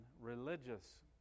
religious